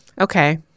Okay